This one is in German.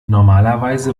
normalerweise